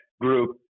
group